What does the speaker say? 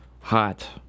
hot